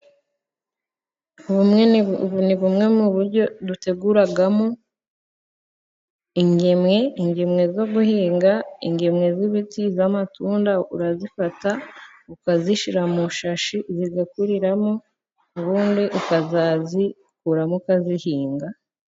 Ubu ni bumwe mu buryo duteguramo ingemwe. Ingemwe zo guhinga ,ingemwe z'ibiti, niz'amatunda. Urazifata ukazishyira mushashi zigakuriramo, ubundi ukazazikuramo ukazihinga.